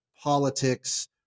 politics